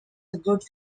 good